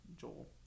Joel